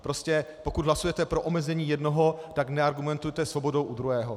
Prostě pokud hlasujete pro omezení jednoho, tak neargumentujte svobodou u druhého.